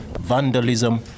vandalism